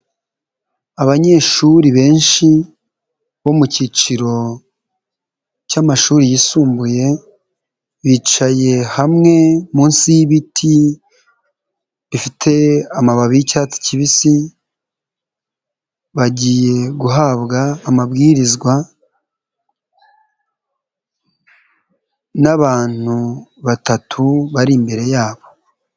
Abanyeshuri benshi bo mu kiciro cy'amashuri yisumbuye bicaye hamwe munsi y'ibiti bifite amababi y'icyatsi kibisi, bagiye guhabwa amabwizwa n'abantu batatu bari imbere yabo.